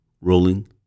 rolling